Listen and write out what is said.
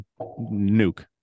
nuke